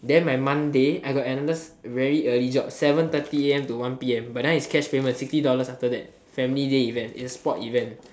then my monday I got another very early job seven thirty a_m to one p_m but that one is cash payment sixty dollars after that family day event it's a sport event